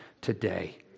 today